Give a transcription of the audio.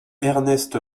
ernest